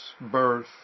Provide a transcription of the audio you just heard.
birth